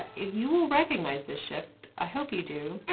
you will recognize this shift, i hope you do,